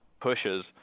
pushes